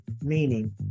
meaning